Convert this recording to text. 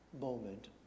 moment